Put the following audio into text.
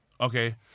okay